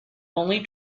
only